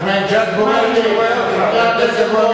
אחמדינג'אד, רואה אותך, חבר הכנסת רותם,